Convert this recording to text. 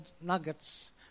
nuggets